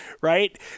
Right